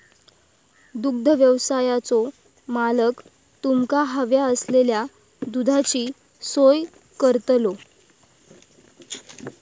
दुग्धव्यवसायाचो मालक तुमका हव्या असलेल्या दुधाची सोय करतलो